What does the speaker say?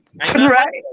Right